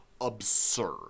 absurd